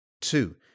Two